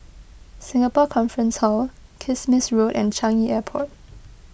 Singapore Conference Hall Kismis Road and Changi Airport